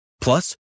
Plus